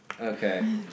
Okay